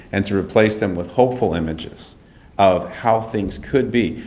and to replace them with hopeful images of how things could be.